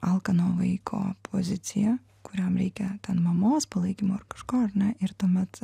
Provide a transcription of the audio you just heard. alkano vaiko poziciją kuriam reikia ten mamos palaikymo ar kažko ar ne ir tuomet